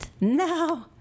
no